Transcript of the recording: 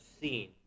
seen